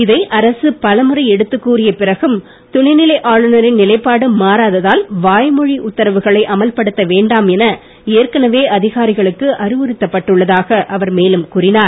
இதை அரசு பலமுறை எடுத்துக் கூறிய பிறகும் துணைநிலை ஆளுநரின் நிலைப்பாடு மாறாததால் வாய்மொழி உத்தரவுகளை அமல்படுத்த வேண்டாம் என ஏற்கனவே அதிகாரிகளுக்கு அறவுறுத்தப்பட்டு உள்ளதாக அவர் மேலும் கூறினார்